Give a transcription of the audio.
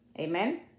Amen